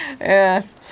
Yes